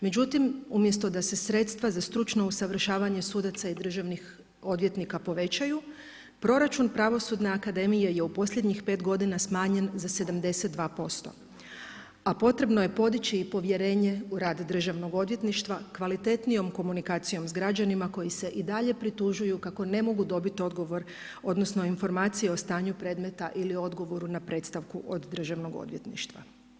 Međutim, umjesto da se sredstva za stručno usavršavanje sudaca i državnih odvjetnika povećaju proračun Pravosudne akademije je u posljednjih pet godina smanjen za 72%, a potrebno je podići i povjerenje u rad Državnog odvjetništva kvalitetnijom komunikacijom s građanima koji se i dalje pritužuju kako ne mogu dobit odgovor, odnosno informacije o stanju predmeta ili odgovoru na predstavku od Državnog odvjetništva.